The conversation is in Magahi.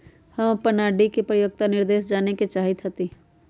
हम अपन आर.डी के परिपक्वता निर्देश जाने के चाहईत हती